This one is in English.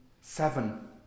seven